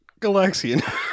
Galaxian